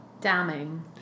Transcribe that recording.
damning